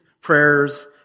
prayers